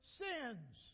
sins